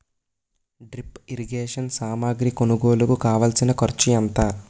drip irrigation సామాగ్రి కొనుగోలుకు కావాల్సిన ఖర్చు ఎంత